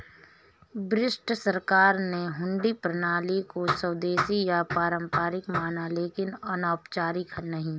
British सरकार ने हुंडी प्रणाली को स्वदेशी या पारंपरिक माना लेकिन अनौपचारिक नहीं